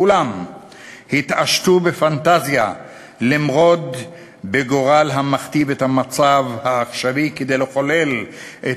כולם התעשתו בפנטזיה למרוד בגורל המכתיב את המצב העכשווי כדי לחולל את